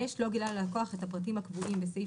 לא גילה ללקוח את הפרטים הקבועים בסעיף